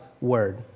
word